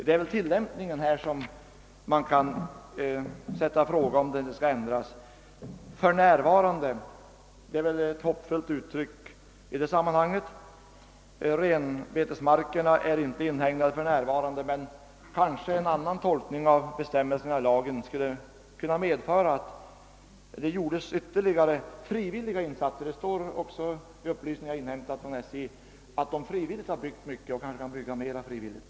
Man kan emellertid ifrågasätta, om inte tillämpningen av lagen bör ändras. Renbetesmarkerna är visserligen inte för närvarande inhägnade, men kanske en annan tolkning av lagens bestämmelser skulle kunna medföra ytterligare frivilliga insatser. >För närvarande> är kanske ett väl hoppfullt uttryck i detta sammanhang. Enligt upplysningar som jag inhämtat hos SJ har redan många stängsel byggts frivilligt, och fler skulle kanske kunna byggas frivilligt.